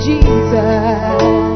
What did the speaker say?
Jesus